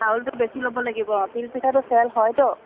চাউলটো বেছি ল'ব লাগিব তিল পিঠাটো চেল হয়তো